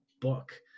book